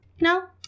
No